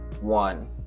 One